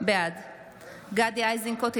בעד גדי איזנקוט,